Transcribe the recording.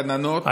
גננות,